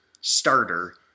starter